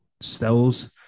stills